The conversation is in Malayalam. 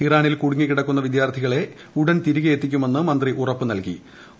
ഇറാനിൽ കുടുങ്ങിക്ടിട്ടക്കുന്ന വിദ്യാർത്ഥികളെ ഉടൻ തിരികെ എത്തിക്കുമെന്ന് മന്ത്രി ഉറപ്പ് ജ്ജ്ജ്കി